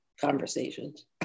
conversations